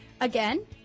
Again